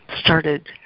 started